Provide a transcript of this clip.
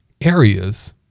areas